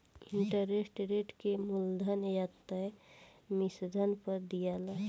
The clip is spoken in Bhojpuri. इंटरेस्ट रेट के मूलधन या त मिश्रधन पर दियाला